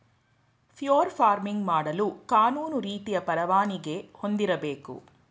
fur farming ಮಾಡಲು ಕಾನೂನು ರೀತಿಯ ಪರವಾನಿಗೆ ಹೊಂದಿರಬೇಕು